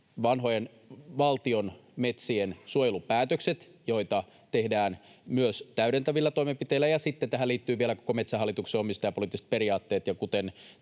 vanhojen valtion metsien suojelupäätökset, joita tehdään myös täydentävillä toimenpiteillä, ja sitten tähän liittyvät vielä koko Metsähallituksen omistajapoliittiset periaatteet.